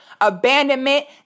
abandonment